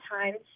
times